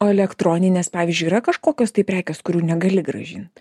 o elektroninės pavyzdžiui yra kažkokios tai prekės kurių negali grąžint